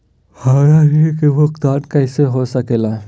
हमरा ऋण का भुगतान कैसे हो सके ला?